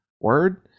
word